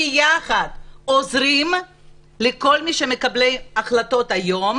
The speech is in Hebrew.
ביחד עוזרים לכל מקבלי ההחלטות היום,